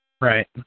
Right